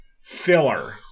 filler